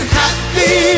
happy